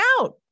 out